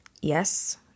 Yes